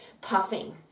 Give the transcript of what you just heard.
puffing